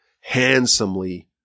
handsomely